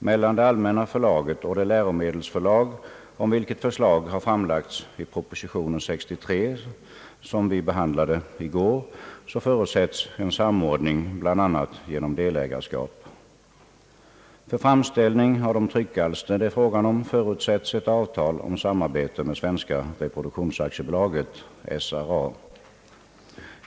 Mellan det allmänna förlaget och det läromedelsförlag, om vilket förslag har framlagts i proposition nr 63, som vi behandlade i går, förutsätts en samordning bl.a. genom delägarskap. För framställning av de tryckalster det är fråga om förutsätts ett avtal om samarbete med Svenska reproduktions AB-—SRA.